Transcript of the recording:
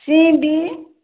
सिमी